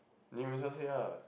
new this one say lah